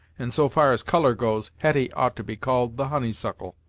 and so far as colour goes, hetty ought to be called the honeysuckle.